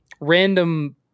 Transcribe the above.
random